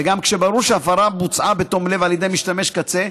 וגם כשברור שהפרה בוצעה בתום לב על ידי משתמש קצה,